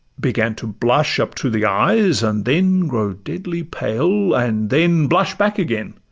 began to blush up to the eyes, and then grow deadly pale, and then blush back again.